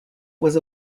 was